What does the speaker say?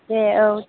दे औ